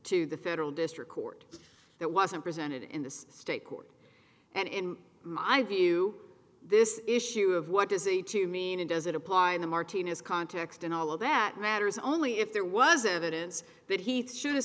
to the federal district court that wasn't presented in the state court and in my view this issue of what to say to mean it doesn't apply in the martinez context and all of that matters only if there was evidence that he should have